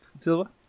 Silva